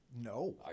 No